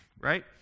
Right